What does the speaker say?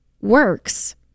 works